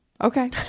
Okay